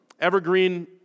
Evergreen